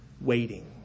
waiting